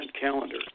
calendar